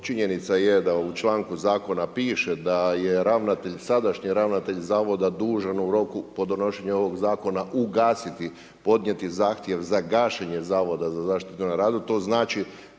činjenica je da u članku zakona piše da je ravnatelj, sadašnji ravnatelj Zavoda dužan u roku, po donošenju ovog zakona ugasiti podnijeti zahtjev za gašenje Zavoda za zaštitu na radu.